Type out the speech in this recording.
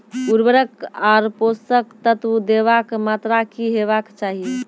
उर्वरक आर पोसक तत्व देवाक मात्राकी हेवाक चाही?